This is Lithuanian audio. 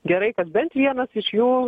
gerai kad bent vienas iš jų